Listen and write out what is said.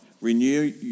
Renew